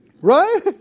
Right